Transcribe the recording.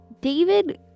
David